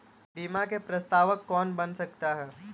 बीमा में प्रस्तावक कौन बन सकता है?